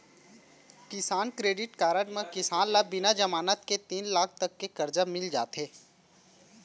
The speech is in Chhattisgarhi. किसान क्रेडिट कारड म किसान ल बिना जमानत के तीन लाख तक के करजा मिल जाथे